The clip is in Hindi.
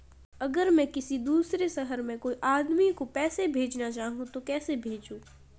अगर मैं किसी दूसरे शहर में कोई आदमी को पैसे भेजना चाहूँ तो कैसे भेजूँ?